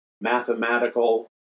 Mathematical